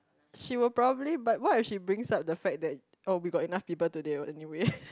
she will probably but what if she brings up the fact that oh we got enough people today oh anyway